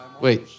Wait